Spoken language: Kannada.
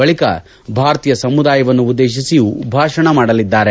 ಬಳಿಕ ಭಾರತೀಯ ಸಮುದಾಯವನ್ನು ಉದ್ದೇಶಿಸಿಯೂ ಭಾಷಣ ಮಾಡಲಿದ್ದಾರೆ